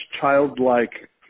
childlike